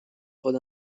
خود